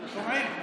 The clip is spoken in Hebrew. שומעים.